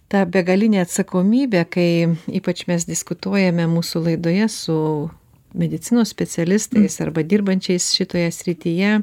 ta begalinė atsakomybė kai ypač mes diskutuojame mūsų laidoje su medicinos specialistais arba dirbančiais šitoje srityje